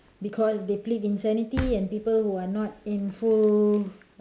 because they plead insanity and people who are not in full